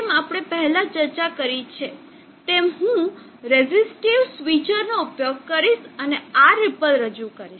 જેમ આપણે પહેલાં ચર્ચા કરી છે તેમ હું રેઝિસ્ટિવ સ્વિચરનો ઉપયોગ કરીશ અને આ રીપલ રજૂ કરીશ